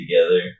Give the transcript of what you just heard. together